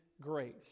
grace